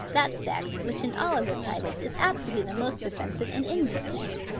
that sex, which in all other climates is apt to be the most offensive and indecent?